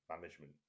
management